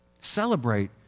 Celebrate